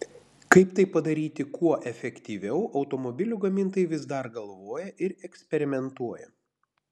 kaip tai padaryti kuo efektyviau automobilių gamintojai vis dar galvoja ir eksperimentuoja